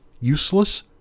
Useless